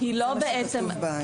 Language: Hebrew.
זה מה שכתוב באישור.